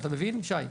אתה מבין, שי?